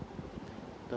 the